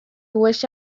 wished